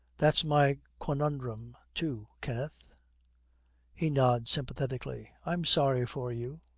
that's my quandorum too, kenneth he nods sympathetically. i'm sorry for you,